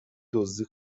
دزدی